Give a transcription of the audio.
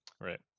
Right